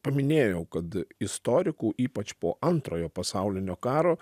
paminėjau kad istorikų ypač po antrojo pasaulinio karo